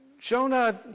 Jonah